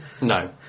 No